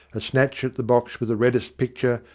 a snatch at the box with the reddest picture,